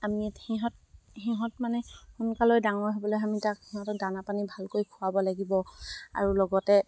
আমি ইয়াত সিহঁত সিহঁত মানে সোনকালে ডাঙৰ হ'বলৈ আমি তাক সিহঁতৰ দানা পানী ভালকৈ খোৱাব লাগিব আৰু লগতে